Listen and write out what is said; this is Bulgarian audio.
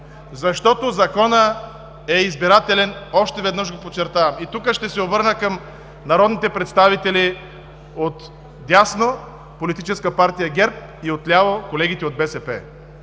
Защото Законът е избирателен, още веднъж го подчертавам! Тук ще се обърна към народните представители отдясно – Политическа партия ГЕРБ, и отляво – колегите от БСП,